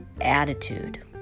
attitude